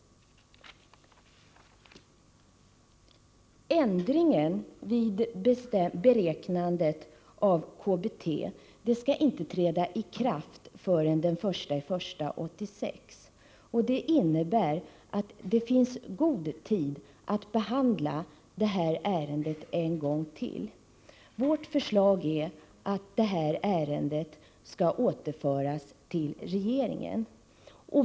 Ändringen av reglerna för beräkning av kommunalt bostadstillägg till folkpension, KBT, skall inte träda i kraft förrän den 1 januari 1986. Det innebär att det finns god tid att behandla detta ärende en gång till. Vårt förslag är att detta ärende skall återföras till regeringen.